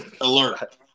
alert